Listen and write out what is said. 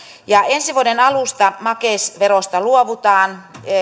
ensi vuoden alusta makeisverosta luovutaan